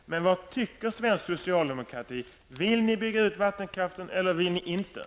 Men vad tycker svensk socialdemokrati? Vill ni bygga ut vattenkraften eller ej?